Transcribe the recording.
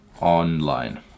online